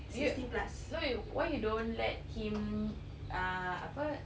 you no you why you don't let him ah apa